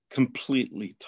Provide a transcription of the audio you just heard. Completely